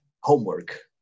homework